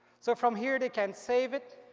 so from here they can save it.